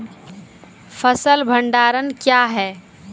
फसल भंडारण क्या हैं?